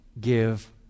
give